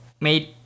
made